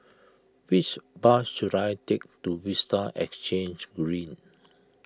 which bus should I take to Vista Exhange Green